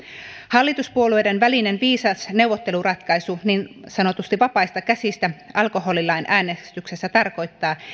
hallituspuolueiden välinen viisas neuvotteluratkaisu niin sanotusti vapaista käsistä alkoholilain äänestyksessä tarkoittaa